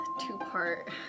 two-part